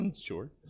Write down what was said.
Sure